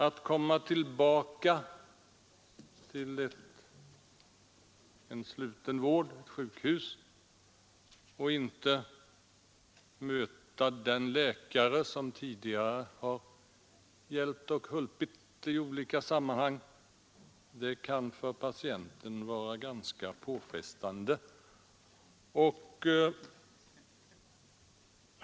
Att komma tillbaka till sjukvård och inte möta den läkare som tidigare hjälpt i olika sammanhang kan för patienten vara ganska påfrestande.